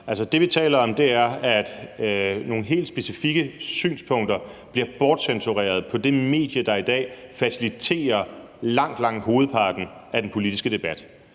Det, vi taler om, er, at nogle helt specifikke synspunkter bliver bortcensureret på det medie, der i dag faciliterer langt, langt hovedparten af den politiske debat.